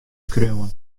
skriuwen